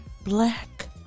Black